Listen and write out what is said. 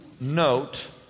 note